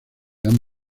han